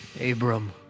Abram